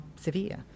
severe